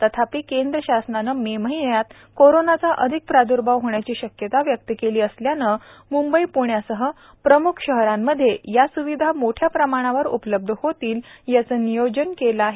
तथापि केंद्र शासनाने मे महिन्यात कोरोनाचा अधिक प्राद्र्भाव होण्याची शक्यता व्यक्त केली असल्याने मुंबई प्ण्यासह प्रम्ख शहरांमध्ये या स्विधा मोठ्या प्रमाणावर उपलब्ध होतील याचं नियोजन केले आहे